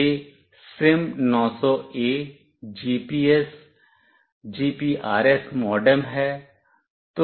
यह सिम900ए GPS GPRS modem है